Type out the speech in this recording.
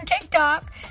TikTok